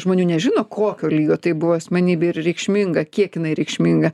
žmonių nežino kokio lygio tai buvo asmenybė ir reikšminga kiek jinai reikšminga